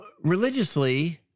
religiously